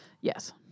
Yes